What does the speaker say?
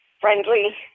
friendly